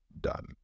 done